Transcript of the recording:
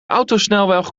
autosnelweg